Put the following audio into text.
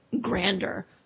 grander